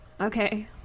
okay